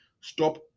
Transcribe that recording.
stop